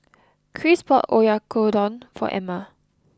Kris bought Oyakodon for Emmer